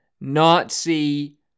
Nazi